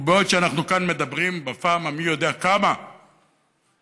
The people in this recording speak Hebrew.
ובעוד אנחנו כאן מדברים בפעם המי-יודע-כמה על